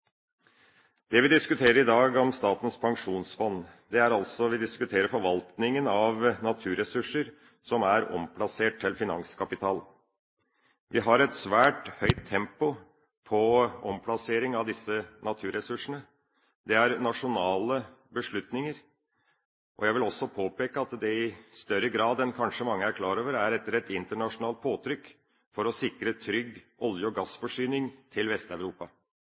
det. Vi diskuterer i dag Statens pensjonsfond. Vi diskuterer altså forvaltningen av naturressurser som er omplassert til finanskapital. Vi har et svært høyt tempo på omplassering av disse naturressursene. Dette er nasjonale beslutninger, men jeg vil også påpeke at det i større grad enn mange kanskje er klar over, er etter et internasjonalt påtrykk for å sikre trygg olje- og gassforsyning til